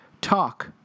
talk